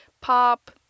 pop